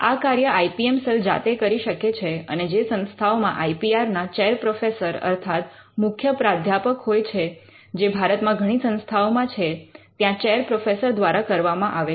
આ કાર્ય I P M cell જાતે કરી શકે છે અને જે સંસ્થાઓમાં આઈ પી આર ના ચેર પ્રોફેસર અર્થાત મુખ્ય પ્રાધ્યાપક હોય છે જે ભારતમાં ઘણી સંસ્થાઓમાં હોય છે ત્યાં ચેર પ્રોફેસર દ્વારા કરવામાં આવે છે